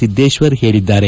ಸಿದ್ದೇತ್ವರ್ ಹೇಳಿದ್ದಾರೆ